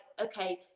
okay